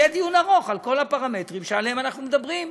יהיה דיון ארוך על כל הפרמטרים שעליהם אנחנו מדברים.